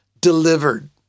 delivered